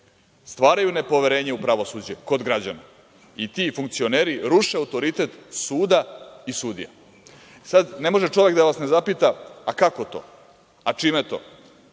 stvaraju nepoverenje u pravosuđe kod građana i ti funkcioneri ruše autoritet suda i sudija. Sada ne može čovek da vas ne zapita a kako to, a čime to,